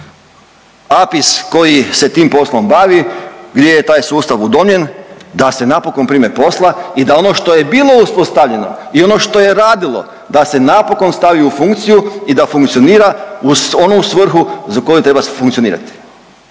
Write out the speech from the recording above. APIS koji se tim poslom bavi, gdje je taj sustav udomljen da se napokon prime posla i da ono što je bilo uspostavljeno i ono što je radilo da se napokon stavi u funkciju i da funkcionira u onu svrhu za koju treba funkcionirati